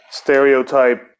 stereotype